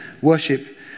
worship